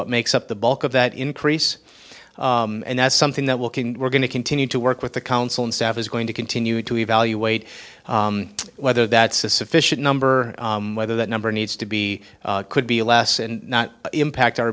what makes up the bulk of that increase and that's something that will king we're going to continue to work with the council and staff is going to continue to evaluate whether that's a sufficient number where that number needs to be could be less and not impact our